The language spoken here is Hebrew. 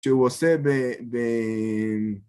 שהוא עושה ב...